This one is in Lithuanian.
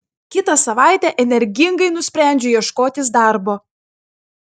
kitą savaitę energingai nusprendžiu ieškotis darbo